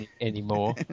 anymore